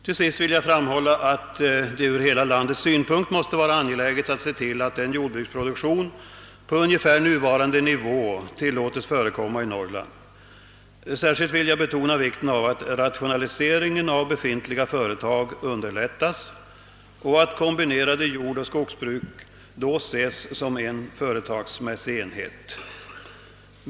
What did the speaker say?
Till sist vill jag framhålla att det ur hela landets synpunkt måste vara angeläget att se till att en jordbruksproduktion på ungefär nuvarande nivå tillåtes förekomma i Norrland. Särskilt vill jag betona vikten av att rationaliseringen av befintliga företag underlättas och att kombinerade jordoch skogsbruk då ses som en företagsmässig enhet.